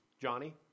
Johnny